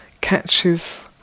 catches